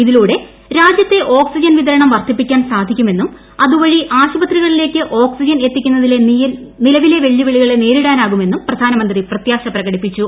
ഇതിലൂടെ രാജ്യത്തെ oxygen വിതരണം വർധിപ്പിക്കാൻ സാധിക്കുമെന്നും അതുവഴി ആശുപത്രികളിലേക്ക് ഓക്സിജൻ എത്തിക്കുന്നതിലെ നേരിടാനാകുമെന്നും പ്രധാനമന്ത്രി പ്രത്യാൾ പ്രകടിപ്പിച്ചു